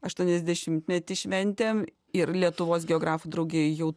aštuoniasdešimtmetį šventėm ir lietuvos geografų draugija jau